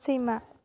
सैमा